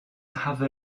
have